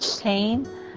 pain